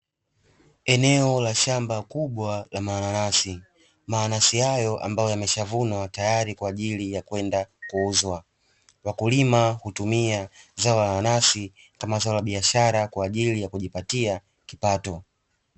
Eneo la shamba kubwa la mananasi, mananasi hayo ambayo yameshavunwa tayari kwa ajili ya kwenda kuuzwa, wakulima hutumia zao la mananasi kama zao la biashara, kwa ajili ya kujipatia kipato.